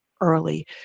early